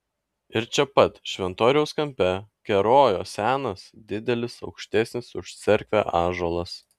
ir čia pat šventoriaus kampe kerojo senas didelis aukštesnis už cerkvę ąžuolas